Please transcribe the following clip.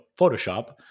Photoshop